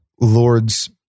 Lord's